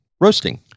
roasting